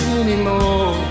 anymore